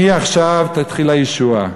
מעכשיו תתחיל הישועה.